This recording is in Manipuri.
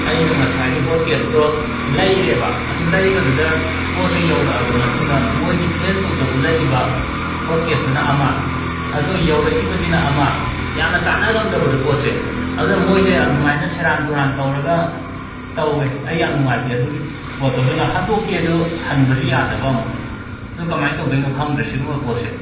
ꯑꯩꯅ ꯉꯁꯥꯏꯒꯤ ꯍꯣꯠ ꯀꯦꯁꯇꯣ ꯂꯩꯔꯦꯕ ꯑꯗꯣ ꯂꯩꯕꯗꯨꯗ ꯄꯣꯠꯁꯦ ꯌꯧꯔꯛꯑꯕ ꯃꯇꯨꯡꯗ ꯃꯣꯏꯒꯤ ꯐꯦꯁꯕꯨꯛꯇ ꯎꯠꯂꯛꯏꯕ ꯍꯣꯠ ꯀꯦꯁꯇꯨꯅ ꯑꯃ ꯑꯗꯣ ꯌꯧꯔꯛꯏꯕꯁꯤꯅ ꯑꯃ ꯌꯥꯝꯅ ꯆꯥꯟꯅꯔꯝꯗꯕꯗꯣ ꯄꯣꯠꯁꯦ ꯑꯗꯨꯅ ꯃꯣꯏꯁꯦ ꯑꯗꯨꯃꯥꯏꯅ ꯁꯦꯔꯥꯟ ꯇꯨꯔꯥꯟ ꯇꯧꯔꯒ ꯇꯧꯋꯦ ꯑꯩ ꯌꯥꯝꯅ ꯅꯨꯡꯉꯥꯏꯇꯦ ꯑꯗꯨꯒꯤ ꯄꯣꯠꯇꯣ ꯑꯗꯨꯅ ꯍꯟꯇꯣꯛꯀꯦꯁꯨ ꯍꯟꯕꯁꯨ ꯌꯥꯗꯕ ꯑꯃꯨꯛ ꯑꯗꯣ ꯀꯃꯥꯏꯅ ꯇꯧꯗꯣꯏꯅꯣ ꯈꯪꯗ꯭ꯔꯦ ꯁꯤꯒꯨꯝꯕ ꯄꯣꯠꯁꯦ